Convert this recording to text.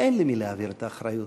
אין למי להעביר את האחריות,